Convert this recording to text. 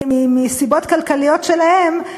מסיבות כלכליות שלהם,